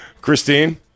Christine